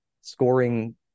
scoring